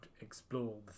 explore